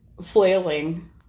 flailing